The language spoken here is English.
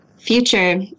future